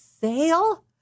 sale